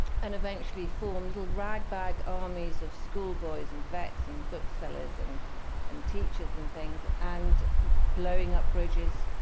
and eventually formed little ragbag armies of schoolboys and vets and booksellers and and teachers and things, and blowing up bridges,